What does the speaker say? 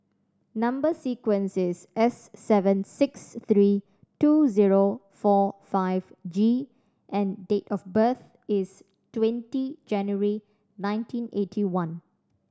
number sequence is S seven six three two zero four five G and date of birth is twenty January nineteen eighty one